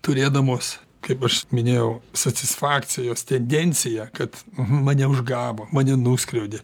turėdamos kaip aš minėjau satisfakcijos tendenciją kad mane užgavo mane nuskriaudė